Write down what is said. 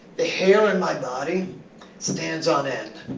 the hair on my body stands on end.